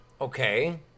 Okay